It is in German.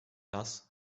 das